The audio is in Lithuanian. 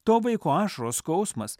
to vaiko ašaros skausmas